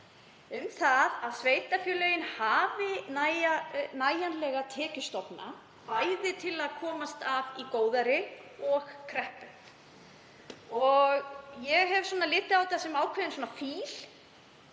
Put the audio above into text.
um það að sveitarfélögin hafi nægjanlega tekjustofna, bæði til að komast af í góðæri og kreppu. Ég hef litið á þetta sem ákveðinn fíl